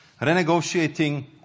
Renegotiating